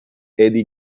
eddie